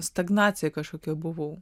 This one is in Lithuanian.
stagnacijoj kažkokioj buvau